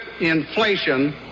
inflation